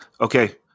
okay